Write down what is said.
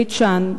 בית-שאן,